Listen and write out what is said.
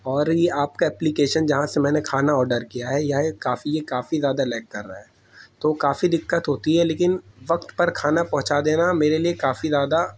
اور یہ آپ کا ایپلیکیشن جہاں سے میں نے کھانا آڈر کیا ہے یہ کافی یہ کافی زیادہ لیگ کر رہا ہے تو کافی دقت ہوتی ہے لیکن وقت پر کھانا پہنچا دینا میرے لیے کافی زیادہ